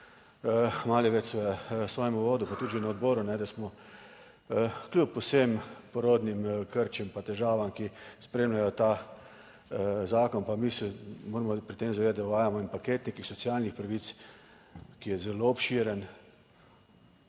Maljevac v svojem uvodu, pa tudi že na odboru, da smo kljub vsem porodnim krčem pa težavam, ki spremljajo ta zakon, pa mi se moramo pri tem zavedati, da uvajamo en paket nekih socialnih pravic, ki je zelo obširen.